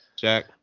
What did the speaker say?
Jack